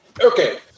Okay